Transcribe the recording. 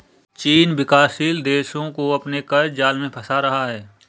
चीन विकासशील देशो को अपने क़र्ज़ जाल में फंसा रहा है